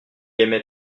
aimait